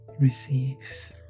receives